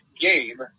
game